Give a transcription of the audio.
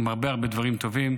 עם הרבה הרבה דברים טובים,